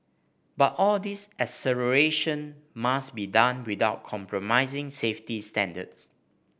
but all this acceleration must be done without compromising safety standards